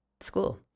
school